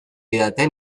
didate